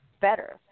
better